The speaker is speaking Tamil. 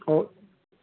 ஓ